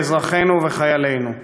באזרחינו ובחיילינו.